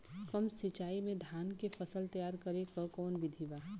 कम सिचाई में धान के फसल तैयार करे क कवन बिधि बा?